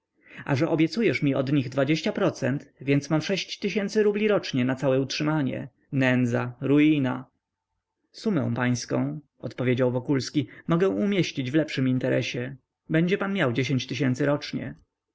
a że obiecujesz mi od nich dwadzieścia procent więc mam sześć tysięcy rubli rocznie na całe utrzymanie nędza ruina sumę pańską odpowiedział wokulski mogę umieścić w lepszym interesie będzie pan miał dziesięć tysięcy rocznie